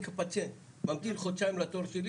אני פציינט ממתין חודשיים לתור שלי